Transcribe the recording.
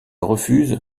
refuse